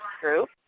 group